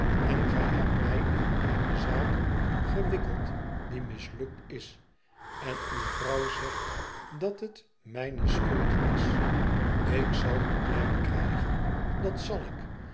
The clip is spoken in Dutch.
en gij hebt mij in eene zaak gewikkeld die mislukt is en uwe vrouw zegt dat het mijne schuld is ik zal u klein krijgen dat zal ik